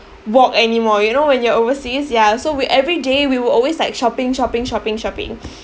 walk anymore you know when you're overseas ya so we every day we will always like shopping shopping shopping shopping